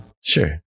sure